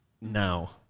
now